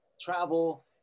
travel